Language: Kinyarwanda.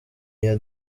iya